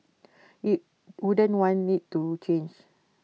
IT wouldn't want IT to change